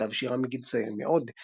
הוא כתב שירה מגיל צעיר מאוד.